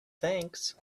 thanks